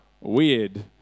Weird